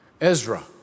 Ezra